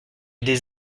des